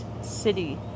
city